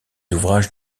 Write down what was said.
ouvrages